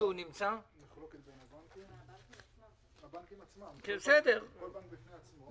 נמצאים כאן נציגי הבנקים עצמם, כל בנק בפני עצמו.